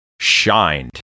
shined